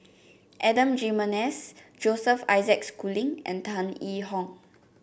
Adan Jimenez Joseph Isaac Schooling and Tan Yee Hong